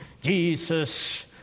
Jesus